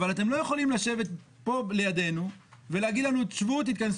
אבל אתם לא יכולים לשבת פה לידינו ולהגיד לנו לשבת ולהתכנס